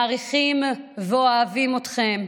מעריכים ואוהבים אתכם,